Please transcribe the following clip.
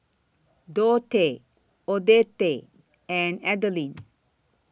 Dottie Odette and Adelyn